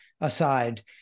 aside